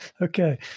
Okay